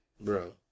Bro